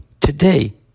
today